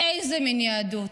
איזה מין יהדות?